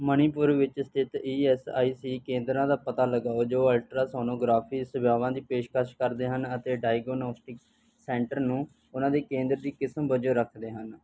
ਮਣੀਪੁਰ ਵਿੱਚ ਸਥਿਤ E S I C ਕੇਂਦਰਾਂ ਦਾ ਪਤਾ ਲਗਾਓ ਜੋ ਅਲਟਰਾਸੋਨੋਗ੍ਰਾਫੀ ਸੇਵਾਵਾਂ ਦੀ ਪੇਸ਼ਕਸ਼ ਕਰਦੇ ਹਨ ਅਤੇ ਡਾਇਗਨੌਸਟਿਕਸ ਸੈਂਟਰ ਨੂੰ ਉਹਨਾਂ ਦੇ ਕੇਂਦਰ ਦੀ ਕਿਸਮ ਵਜੋਂ ਰੱਖਦੇ ਹਨ